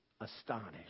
astonished